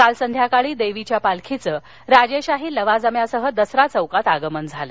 काल संध्याकाळी देवीच्या पालखीचं राजेशाही लवाजम्यासह दसरा चौकात आगमन झालं